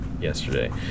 yesterday